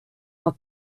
are